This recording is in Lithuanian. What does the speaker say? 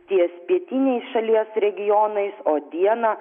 ties pietiniais šalies regionais o dieną